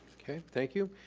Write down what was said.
okay, thank you.